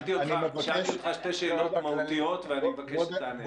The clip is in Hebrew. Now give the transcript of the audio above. שאלתי אותך שתי שאלות מהותיות ואני מבקש שתענה עליהן.